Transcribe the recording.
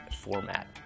format